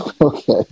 Okay